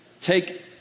Take